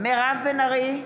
מירב בן ארי,